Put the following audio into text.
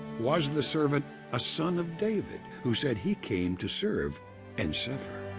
was the servant a son of david who said he came to serve and suffer?